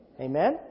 Amen